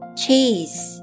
cheese